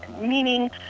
meaning